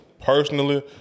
Personally